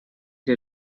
для